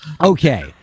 okay